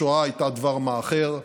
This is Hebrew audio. השואה הייתה דבר מה אחר,